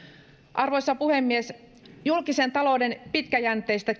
arvoisa puhemies julkisen talouden pitkäjänteistä